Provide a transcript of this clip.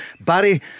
Barry